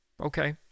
Okay